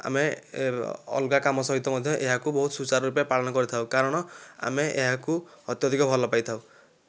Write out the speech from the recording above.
ଆମେ ଅଲଗା କାମ ସହିତ ମଧ୍ୟ ଏହାକୁ ବହୁତ ସୁଚାର ରୂପେ ପାଳନ କରିଥାଉ କାରଣ ଆମେ ଏହାକୁ ଅତ୍ୟଧିକ ଭଲ ପାଇଥାଉ